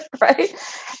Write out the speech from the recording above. right